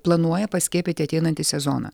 planuoja paskiepyti ateinantį sezoną